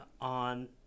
on